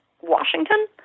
Washington